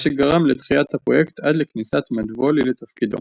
מה שגרם לדחיית הפרויקט עד לכניסת מדבולי לתפקידו.